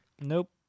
Nope